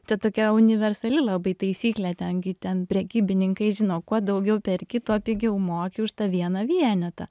čia tokia universali labai taisyklė ten gi ten prekybininkai žino kuo daugiau perki tuo pigiau moki už tą vieną vienetą